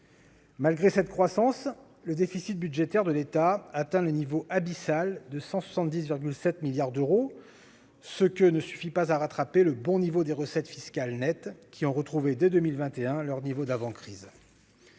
Malgré cette croissance, le déficit budgétaire de l'État atteint le niveau abyssal de 170,7 milliards d'euros, ce que ne suffit pas à rattraper le bon niveau des recettes fiscales net, qui ont retrouvé dès 2021 leur niveau d'avant-crise.